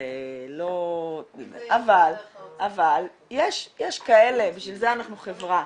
זה לא --- אבל יש כאלה, בשביל זה אנחנו חברה